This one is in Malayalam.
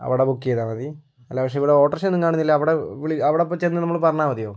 അവിടെ ബുക്ക് ചെയ്താൽ മതി അല്ല പക്ഷെ ഇവിടെ ഓട്ടോ റിക്ഷ ഒന്നും കാണുന്നില്ല അവിടെ വിളി അവിടെ അപ്പോൾ ചെന്ന് നമ്മൾ പറഞ്ഞാൽ മതിയോ